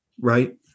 right